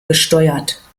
gesteuert